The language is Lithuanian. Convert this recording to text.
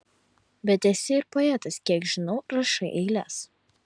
bet esi ir poetas kiek žinau rašai eiles